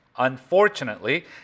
Unfortunately